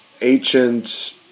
ancient